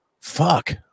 fuck